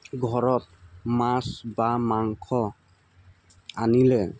ঘৰত মাছ বা মাংস আনিলে